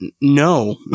no